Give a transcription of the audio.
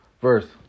verse